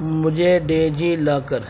مجھے ڈیجی لاکر